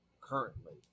currently